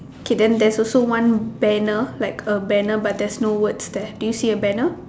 K then there's also one banner like a banner but there's no words there do you see a banner